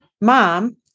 mom